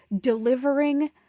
delivering